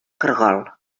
caragol